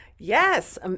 yes